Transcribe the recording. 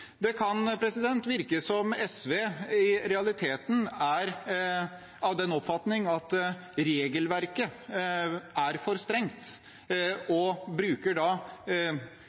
Det kan virke som om SV i realiteten er av den oppfatning at regelverket er for strengt, og